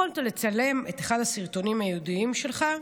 יכולת לצלם את אחד הסרטונים הייעודיים שלך,